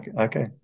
Okay